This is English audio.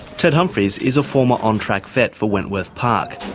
ted humphries is a former on-track vet for wentworth park,